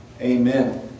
Amen